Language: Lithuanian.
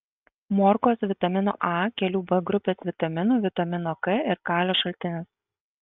morkos vitamino a kelių b grupės vitaminų vitamino k ir kalio šaltinis